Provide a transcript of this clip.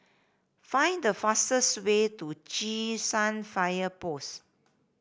find the fastest way to San Fire Post